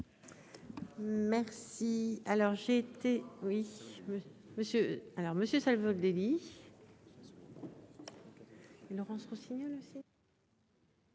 Merci